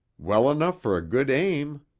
well enough for a good aim.